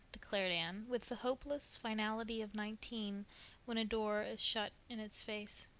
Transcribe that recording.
declared anne, with the hopeless finality of nineteen when a door is shut in its face.